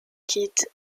quitte